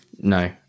No